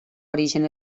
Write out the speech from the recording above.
origen